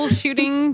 shooting